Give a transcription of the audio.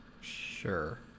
Sure